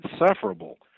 insufferable